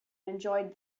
enjoyed